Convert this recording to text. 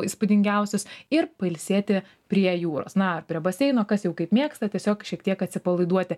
įspūdingiausius ir pailsėti prie jūros na ar prie baseino kas jau kaip mėgsta tiesiog šiek tiek atsipalaiduoti